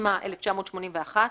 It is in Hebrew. התשמ"א 1981‏,